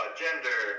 gender